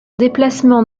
déplacements